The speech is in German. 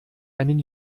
einen